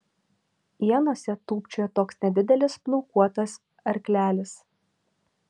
ienose tūpčiojo toks nedidelis plaukuotas arklelis